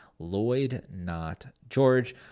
LloydNotGeorge